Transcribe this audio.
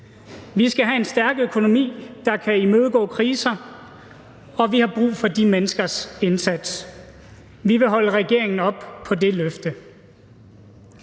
Vi skal have en stærk økonomi, der kan imødegå kriser, og vi har brug for de menneskers indsats. Vi vil holde regeringen op på det løfte.